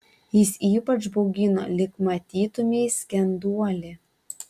jis ypač baugino lyg matytumei skenduolį